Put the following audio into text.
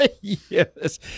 Yes